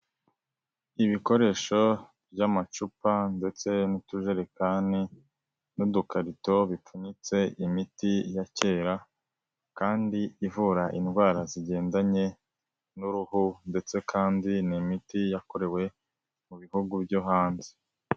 Ibikoresho by'amacupa ndetse n'utujerekani n'udukarito, bipfunyitse imiti ya kera kandi ivura indwara zigendanye n'uruhu ndetse kandi n'imiti yakorewe mu bihugu byo hanze.